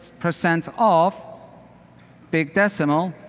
percent of big decimal